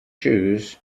shoes